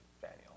Daniel